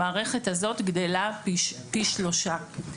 המערכת הזו גדלה פי שלושה.